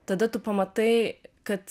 tada tu pamatai kad